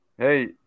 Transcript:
Hey